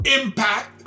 impact